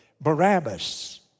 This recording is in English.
Barabbas